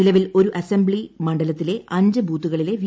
നിലവിൽ ഒരു അസംബ്ലി മണ്ഡലത്തിലെ അഞ്ചു ബൂത്തുകളിലെ വി